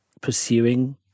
pursuing